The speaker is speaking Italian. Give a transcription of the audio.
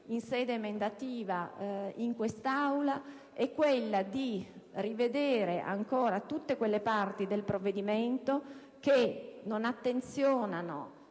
in sede emendativa in quest'Aula, di rivedere ancora tutte quelle parti del provvedimento che non pongono